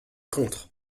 contre